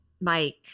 Mike